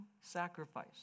sacrifice